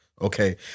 okay